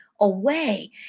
away